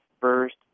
first